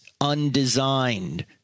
undesigned